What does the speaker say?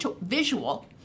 visual